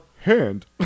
Hand